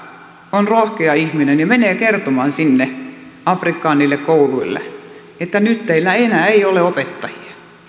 on rohkea ihminen ja menee kertomaan sinne afrikkaan niille kouluille että nyt teillä enää ei ole opettajia